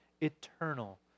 eternal